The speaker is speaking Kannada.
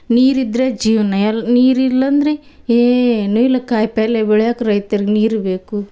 ನೀರು ಇದ್ದರೆ ಜೀವನ ಎಲ್ಲಿ ನೀರು ಇಲ್ಲಾಂದ್ರೆ ಏನೂ ಇಲ್ಲ ಕಾಯಿಪಲ್ಲೆ ಬೆಳಿಯಾಕ್ಕೆ ರೈತ್ರಿಗೆ ನೀರು ಬೇಕು